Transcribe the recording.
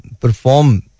perform